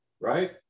right